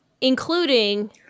including